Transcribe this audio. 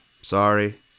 Sorry